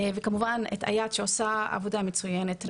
וכמובן את איאת שעושה עבודה מצויינת.